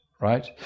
right